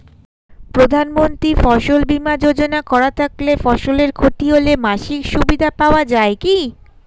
প্রধানমন্ত্রী ফসল বীমা যোজনা করা থাকলে ফসলের ক্ষতি হলে মাসিক সুবিধা পাওয়া য়ায় কি?